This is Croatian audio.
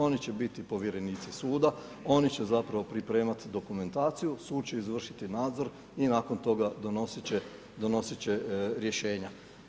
Oni će biti povjerenici suda, oni će zapravo pripremati dokumentaciju, sud će izvršiti nadzor i nakon donositi će rješenja.